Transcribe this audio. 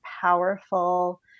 powerful